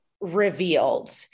revealed